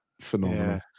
phenomenal